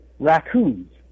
raccoons